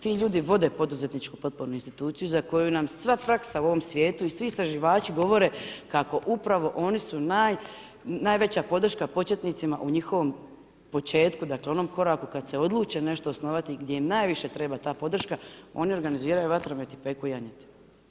Ti ljudi vode poduzetničku potpornu instituciju za koju nam sva praksa u ovom svijetu i svi istraživači govore kako upravo oni su najveća podrška početnicima u njihovom početku, dakle onom koraku kad se odluče nešto osnovati gdje im najviše treba ta podrška, oni organiziraju vatromet i peku janjetinu.